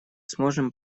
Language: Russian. сможем